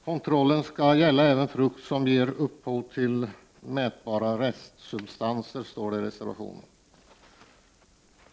Kontrollen skall även gälla frukt som ger upphov till mätbara restsubstanser, står det i reservationen.